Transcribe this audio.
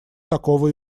такого